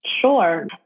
Sure